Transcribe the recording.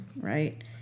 Right